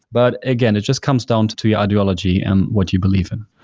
but again, it just comes down to to the ideology and what you believe in.